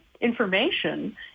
information